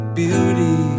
beauty